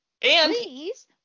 please